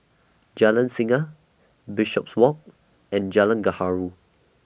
Jalan Singa Bishopswalk and Jalan Gaharu